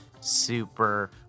super